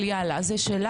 אז בבקשה.